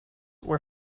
were